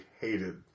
hated